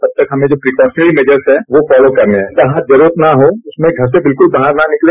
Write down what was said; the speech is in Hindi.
तब तक हमें जो प्रीक्योशनरी मेजर्स है वो फोलो करने हैं जहां जरूरत न हो उसमें घर से बिल्कुल बाहर न निकले